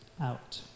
out